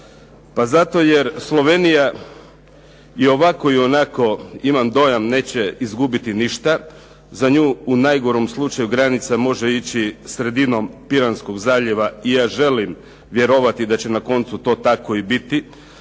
Pa zato jer Slovenija i ovako i onako imam dojam, neće izgubiti ništa. Za nju u najgorem slučaju može ići sredinom Piranskog zaljeva. I ja želim vjerovati da će to na koncu to tako i biti.